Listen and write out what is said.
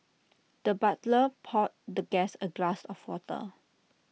the butler poured the guest A glass of water